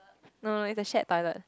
no in the shared toilet